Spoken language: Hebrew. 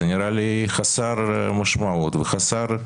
זה נראה לי חסר משמעות וחסר טעם.